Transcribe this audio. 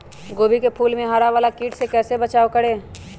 गोभी के फूल मे हरा वाला कीट से कैसे बचाब करें?